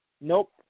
Nope